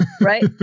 right